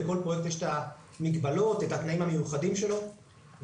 לכל פרויקט יש את המגבלות ואת התנאים המיוחדים שלו ולכן